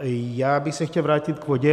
Já bych se chtěl vrátit k vodě.